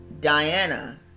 Diana